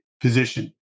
position